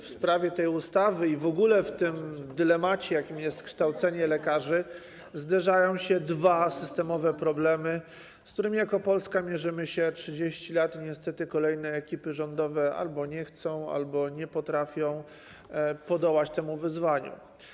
W sprawie tej ustawy i w ogóle w tego dylematu, jakim jest kształcenie lekarzy, zderzają się dwa systemowe problemy, z którymi jako Polska mierzymy się 30 lat, i niestety kolejne ekipy rządowe albo nie chcą, albo nie potrafią podołać temu wyzwaniu.